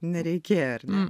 nereikėjo ar ne